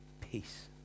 peace